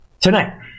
tonight